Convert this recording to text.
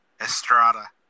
Estrada